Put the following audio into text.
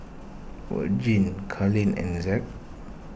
Vergil Karlene and Zack